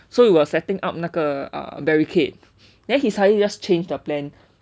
so you were setting up 那个 err barricade then he suddenly you just change the plan